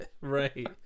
Right